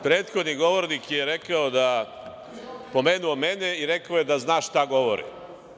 Prethodni govornik je pomenuo mene i rekao je da zna šta govorim.